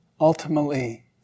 ultimately